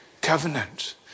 covenant